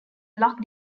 block